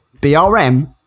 BRM